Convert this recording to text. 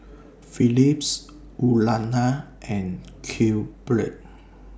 Philips Urana and QBread